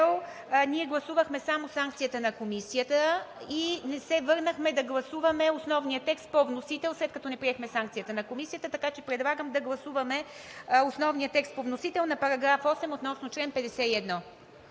Ние гласувахме само санкцията на Комисията и не се върнахме да гласуваме основния текст по вносител, след като не приехме санкцията на Комисията, така че предлагам да гласуваме основния текст по вносител на § 8 относно чл. 51.